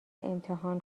امتحان